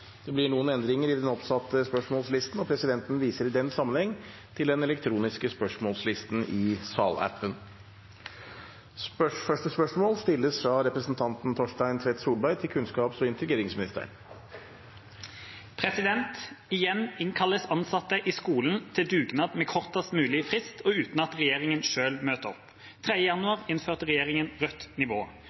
Det blir noen endringer i den oppsatte spørsmålslisten. Presidenten viser i den sammenheng til den elektroniske spørsmålslisten i salappen. Endringene var som følger: Spørsmål 7, fra representanten Sylvi Listhaug til justis- og beredskapsministeren, er overført til helse- og omsorgsministeren som rette vedkommende. Spørsmålet vil bli tatt opp av representanten Per-Willy Amundsen. «Igjen ble ansatte i skolen innkalt til dugnad uten at regjeringen selv møter opp. Rødt nivå